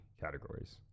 categories